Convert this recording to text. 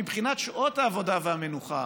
מבחינת שעות העבודה והמנוחה,